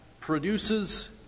produces